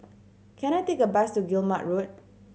can I take a bus to Guillemard Road